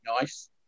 Nice